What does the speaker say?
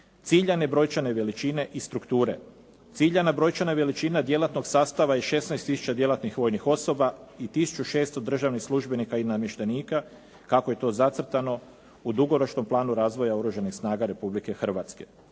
ciljane brojčane veličine i strukture. Ciljana brojčana veličina djelatnog sastava i 16 tisuća djelatnih vojnih osoba i tisuću 600 državnih službenika i namještenika, kako je to dugoročno zacrtano u dugoročnom planu Oružanih snaga Republike Hrvatske.